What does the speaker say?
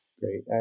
Great